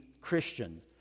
Christian